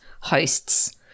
hosts